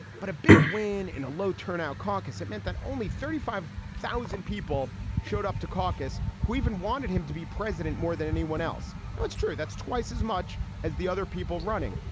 but a big win in a low turnout caucus. it meant that only thirty five thousand people showed up to caucus who even wanted him to be president more than anyone else. you know it's true. that's twice as much as the other people running.